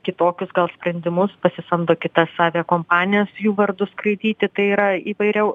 kitokius sprendimus pasisamdo kitas aviakompanijas jų vardu skraidyti tai yra įvairiau